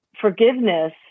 forgiveness